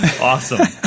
Awesome